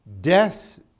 death